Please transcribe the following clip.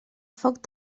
foc